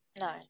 No